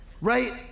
Right